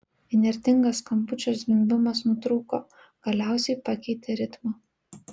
įnirtingas skambučio zvimbimas nutrūko galiausiai pakeitė ritmą